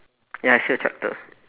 ya I see a tractor